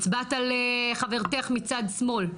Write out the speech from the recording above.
הצבעת על חברתך מצד שמאל.